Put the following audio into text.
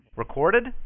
Recorded